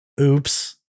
Oops